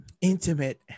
intimate